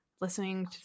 listening